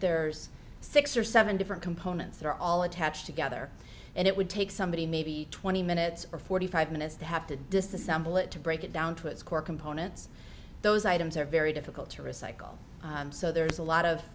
there's six or seven different components that are all attach together and it would take somebody maybe twenty minutes or forty five minutes to have to disassemble it to break it down to its core components those items are very difficult to recycle so there's a lot of